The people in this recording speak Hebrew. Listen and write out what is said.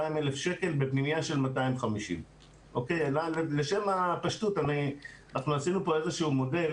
מיליון שקל בפנימייה של 250. לשם הפשטות אנחנו עשינו פה איזשהו מודל